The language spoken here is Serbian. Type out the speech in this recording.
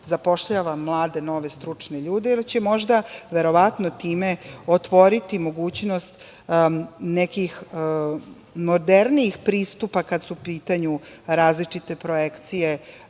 zapošljava mlade, nove stručne ljude, jer će verovatno time otvoriti mogućnost nekih modernijih pristupa, kada su u pitanju različite projekcije